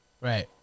Right